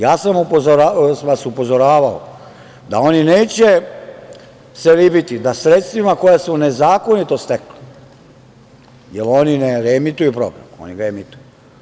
Ja sam vas upozoravao da oni neće … da sredstvima koja su nezakonito stekla, jer oni ne reemituju program, oni ga emituju.